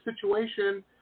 situation